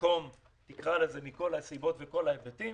לפתיחת החוק ולביצוע תיקונים קבועים על פני הארכת הוראת השעה פעם נוספת.